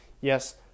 Yes